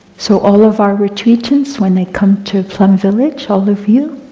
so all of our retreatants when they come to plum village, all of you,